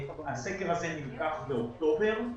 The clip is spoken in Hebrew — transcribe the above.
הסקר הזה נלקח באוקטובר.